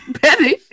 Betty